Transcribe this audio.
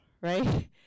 Right